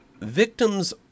Victims